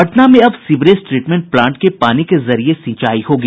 पटना में अब sewerage treatment plant के पानी के जरिए सिंचाई होगी